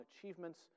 achievements